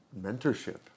mentorship